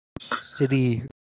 City